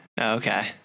Okay